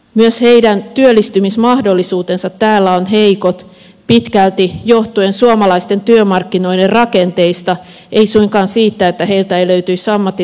myös heidän työllistymismahdollisuutensa täällä ovat heikot johtuen pitkälti suomalaisten työmarkkinoiden rakenteista ei suinkaan siitä että heiltä ei löytyisi ammattitaitoa